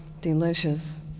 delicious